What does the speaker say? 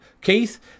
Keith